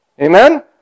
Amen